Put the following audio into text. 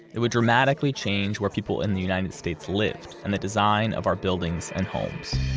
it would dramatically change where people in the united states lived and the design of our buildings and homes